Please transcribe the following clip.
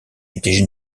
étaient